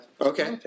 Okay